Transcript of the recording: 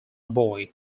boy